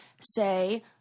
say-